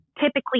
typically